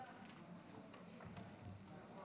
שלום,